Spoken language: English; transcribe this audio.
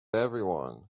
everyone